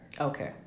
Okay